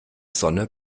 sonne